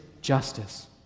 justice